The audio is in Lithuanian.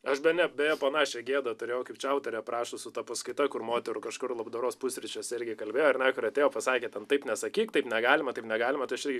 aš bene beje panašią gėdą turėjau kaip čia autorė aprašo su ta paskaita kur moterų kažkur labdaros pusryčiuose irgi kalbėjo ar ne kur atėjo pasakė ten taip nesakyk taip negalima taip negalima tai aš irgi